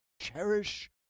cherish